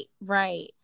right